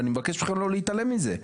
ואני מבקש מכם לא להתעלם מזה,